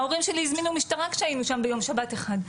להורים שלי הזמינו משטרה כשהיינו שם ביום שבת אחד,